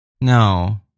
No